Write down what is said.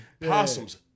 Possums